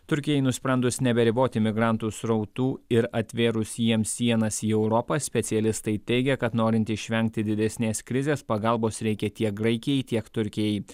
turkijai nusprendus neberiboti imigrantų srautų ir atvėrus jiems sienas į europą specialistai teigia kad norint išvengti didesnės krizės pagalbos reikia tiek graikijai tiek turkijai